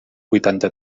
huitanta